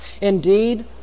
Indeed